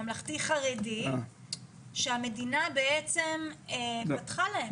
ממלכתי חרדי שהמדינה בעצם פתחה להם.